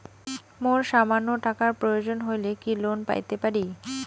মোর সামান্য টাকার প্রয়োজন হইলে কি লোন পাইতে পারি?